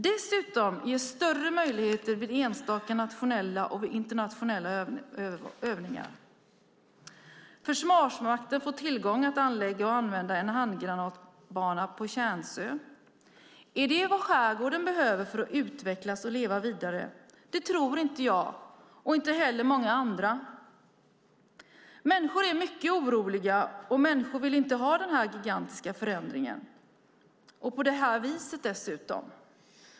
Dessutom ges större möjligheter vid enstaka nationella och internationella övningar. Försvarsmakten får möjlighet att anlägga och använda en handgranatbana på Känsö. Är det vad skärgården behöver för att utvecklas och leva vidare? Det tror inte jag och inte många andra heller. Människor är mycket oroliga. Människor vill inte ha den här gigantiska förändringen, dessutom inte på det här viset.